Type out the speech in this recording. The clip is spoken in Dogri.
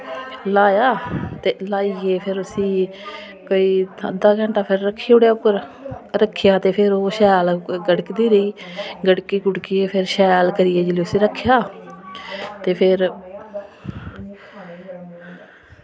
ल्हाया ते ल्हाइयै फिर उसी कोई अद्धा घैंटा रक्खी ओड़ेआ उप्पर रक्खेआ ते फिर ओह् शैल गड़कदी रेही ते गड़कियै फिर शैल करियै उसी रक्खेआ ते फिर